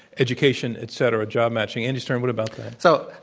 education, et cetera, job matching. andy stern, what about that? so,